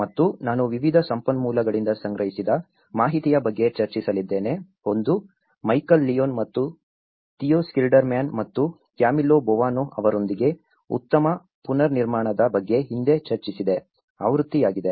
ಮತ್ತು ನಾನು ವಿವಿಧ ಸಂಪನ್ಮೂಲಗಳಿಂದ ಸಂಗ್ರಹಿಸಿದ ಮಾಹಿತಿಯ ಬಗ್ಗೆ ಚರ್ಚಿಸಲಿದ್ದೇನೆ ಒಂದು ಮೈಕೆಲ್ ಲಿಯೋನ್ ಮತ್ತು ಥಿಯೋ ಸ್ಕಿಲ್ಡರ್ಮ್ಯಾನ್ ಮತ್ತು ಕ್ಯಾಮಿಲ್ಲೊ ಬೊವಾನೊ ಅವರೊಂದಿಗೆ ಉತ್ತಮ ಪುನರ್ನಿರ್ಮಾಣದ ಬಗ್ಗೆ ಹಿಂದೆ ಚರ್ಚಿಸಿದ ಆವೃತ್ತಿಯಾಗಿದೆ